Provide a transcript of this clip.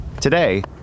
Today